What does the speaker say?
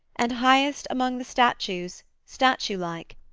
and highest, among the statues, statuelike,